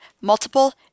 multiple